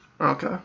Okay